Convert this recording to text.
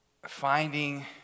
Finding